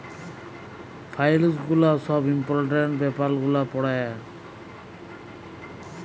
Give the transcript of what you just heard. ফাইলালস গুলা ছব ইম্পর্টেলট ব্যাপার গুলা পড়ে